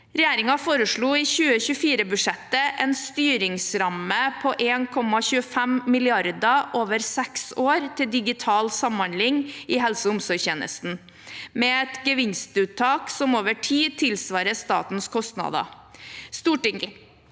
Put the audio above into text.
Regjeringen foreslo i 2024-budsjettet en styringsramme på 1,25 mrd. kr over seks år til digital samhandling i helse- og omsorgstjenesten, med et gevinstuttak som over tid tilsvarer statens kostnader. Stortinget